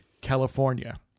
California